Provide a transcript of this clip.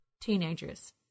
Teenagers